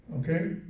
Okay